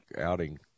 outing